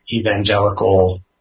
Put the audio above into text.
evangelical